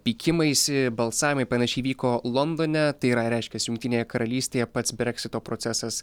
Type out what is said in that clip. pykimaisi balsavimai panašiai įvyko londone tai yra reiškias jungtinėje karalystėje pats breksito procesas